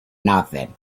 nothing